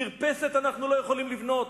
מרפסת אנחנו לא יכולים לבנות.